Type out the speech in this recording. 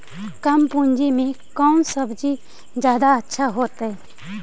कम पूंजी में कौन सब्ज़ी जादा अच्छा होतई?